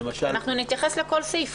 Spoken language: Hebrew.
למשל --- נתייחס לכל סעיף,